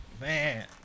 man